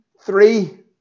Three